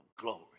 glory